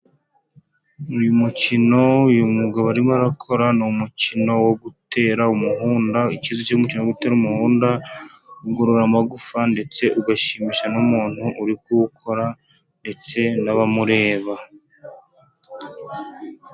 Uyu mukino uyu mwuga arimo arakora, ni umukino wo gutera umuhunda, icyiza cyo gutera umuhunda, ugorora amagufa ndetse ugashimisha n'umuntu uri kuwukora ndetse n'abamureba.